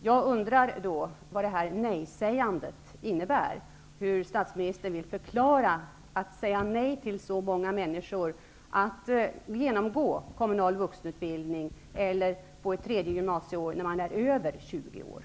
Jag undrar då vad det här nejsägandet innebär. Hur vill statsministern förklara att man säger nej till en möjlighet för så många människor att genomgå kommunal vuxenutbildning eller få ett tredje gymnasieår när de är över 20 år?